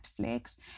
Netflix